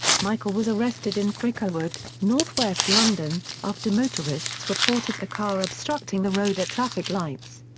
michael was arrested in cricklewood, north-west london, after motorists reported a car obstructing the road at traffic lights.